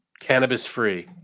cannabis-free